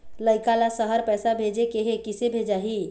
लइका ला शहर पैसा भेजें के हे, किसे भेजाही